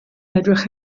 edrych